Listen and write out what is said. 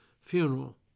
funeral